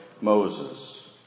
Moses